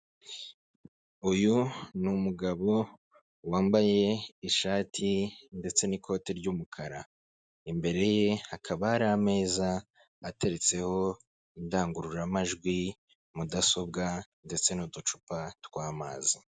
Uyu ni umugabo wambaye ishati ndetse n'ikote ry'umukara, imbere ye hakaba hari ameza ateretseho indangururamajwi, mudasobwa ndetse n'uducupa tw'amazi.